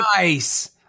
Nice